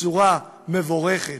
בצורה מבורכת,